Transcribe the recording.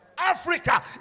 Africa